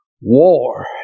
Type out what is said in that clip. War